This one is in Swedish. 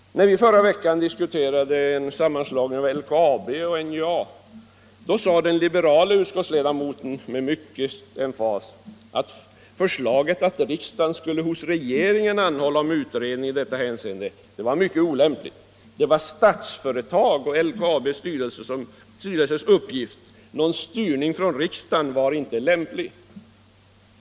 När vi förra veckan diskuterade en sammanslagning av LKAB och NJA sade den liberale utskottsledamoten med stor emfas att förslaget om att riksdagen skulle hos regeringen anhålla om utredning i detta hänseende var mycket olämpligt. Det var Statsföretags och LKAB:s styrelses uppgift, men någon styrning från riksdagen var inte lämplig.